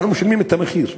אנחנו משלמים את המחיר.